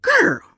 Girl